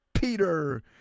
Peter